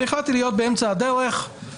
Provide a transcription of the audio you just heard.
ובאמצע הדרך החלטתי להיות,